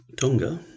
Tonga